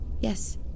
Yes